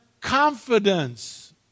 confidence